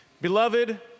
beloved